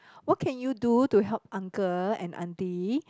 what can you do to help uncle and auntie